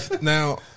now